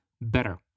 better